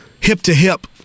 hip-to-hip